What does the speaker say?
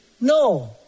No